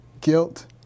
Guilt